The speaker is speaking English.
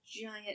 giant